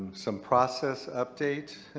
some process update,